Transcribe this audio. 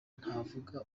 ntavuga